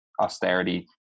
austerity